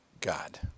God